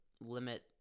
limit